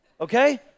Okay